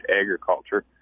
agriculture